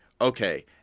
okay